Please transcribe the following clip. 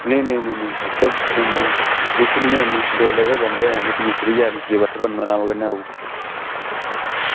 नेईं नेईं नेईं नेईं ओह् कोई जरूरत निं ऐ इन्नी दो लेबर आह्ले बंदे हैन इक मिस्तरी ऐ मिस्तरी ने पत्थर भन्नी ओड़ना राम कन्नै ओह्